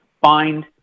find